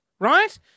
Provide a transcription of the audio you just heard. Right